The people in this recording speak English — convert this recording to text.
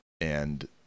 and-